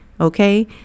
Okay